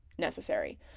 necessary